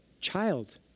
child